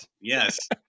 yes